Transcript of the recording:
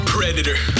Predator